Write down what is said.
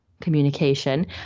communication